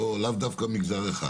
לאו דווקא מגזר אחד